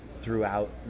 throughout